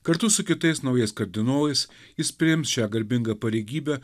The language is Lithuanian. kartu su kitais naujais kardinolais jis priims šią garbingą pareigybę